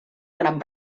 gran